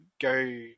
go